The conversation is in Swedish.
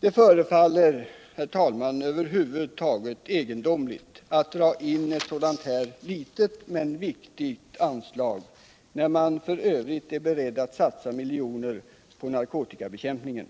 Det förefaller, herr talman, över huvud taget egendomligt att dra in ett så litet men viktigt anslag när man f.ö. är beredd att satsa miljoner på narkotikabekämpningen.